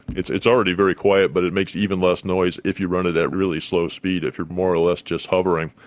it's it's already very quiet but it makes even less noise if you run it at really slow speed, if you are more or less just hovering.